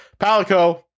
Palico